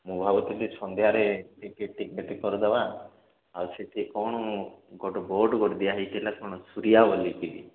ମୁଁ ଭାବୁଥିଲି ସନ୍ଧ୍ୟାରେ ଟିକେ ଟିକେଟ୍ କରିଦେବା ଆଉ ସେଇଠି କ'ଣ ଗୋଟେ ବୋର୍ଡ଼ ଗୋଟେ ଦିଆହେଇଛି ନା କ'ଣ ସୁରିଆ ବୋଲିକିରି